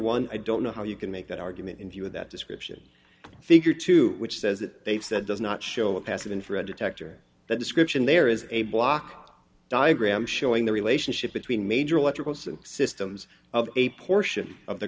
one i don't know how you can make that argument in view of that description figure two which says that they've said does not show a passive infrared detector that description there is a block diagram showing the relationship between major electrical systems of a portion of the